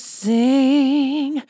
sing